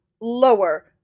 Lower